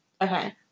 Okay